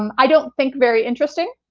um i don't think very interesting,